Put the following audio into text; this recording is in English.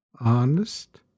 honest